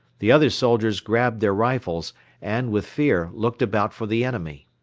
the other soldiers grabbed their rifles and, with fear, looked about for the enemy.